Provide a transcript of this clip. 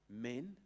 men